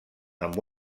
amb